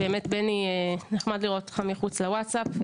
באמת, בני נחמד לראות אותך מחוץ לוואטסאפ.